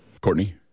Courtney